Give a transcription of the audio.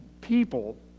people